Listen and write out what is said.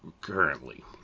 currently